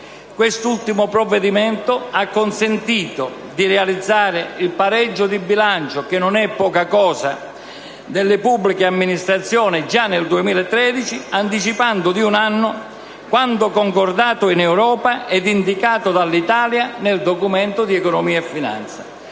Quest'ultimo provvedimento ha consentito di realizzare il pareggio di bilancio - che non è poca cosa - delle pubbliche amministrazioni già nel 2013, anticipando di un anno quanto concordato in Europa e indicato dall'Italia nel DEF. Nel 2014, il